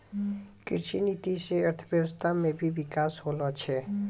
कृषि नीति से अर्थव्यबस्था मे भी बिकास होलो छै